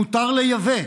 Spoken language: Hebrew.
מותר לייבא,